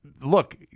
look